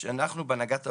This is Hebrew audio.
שאנחנו בהנהגת ההורים,